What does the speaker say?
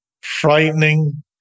frightening